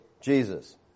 Jesus